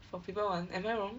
for paper one am I wrong